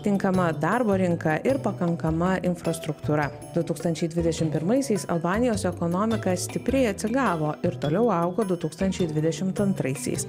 tinkama darbo rinką ir pakankama infrastruktūra du tūkstančiai dvidešim pirmaisiais albanijos ekonomika stipriai atsigavo ir toliau augo du tūkstančiai dvidešimt antraisiais